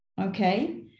okay